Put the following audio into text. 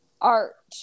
Art